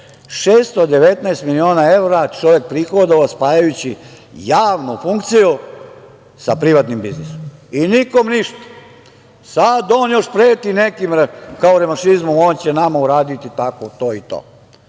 619 miliona evra čovek prihodovao spajajući javnu funkciju sa privatnim biznisom i nikom ništa. Sad on još preti nekima, kao revanšizmom, on će nama uraditi tako to i to,